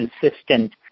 consistent